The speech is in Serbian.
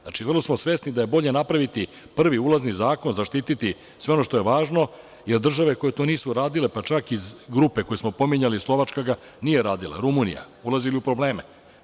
Znači, vrlo smo svesni da je bolje napraviti prvi ulazni zakon, zaštititi sve ono što je važno, jer države koje to nisu uradile, pa čak iz grupe koje smo pominjali, Slovačka nije radila, Rumunija, ulaze u probleme.